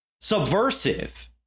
subversive